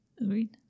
Agreed